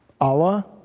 Allah